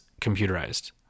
computerized